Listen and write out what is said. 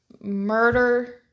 murder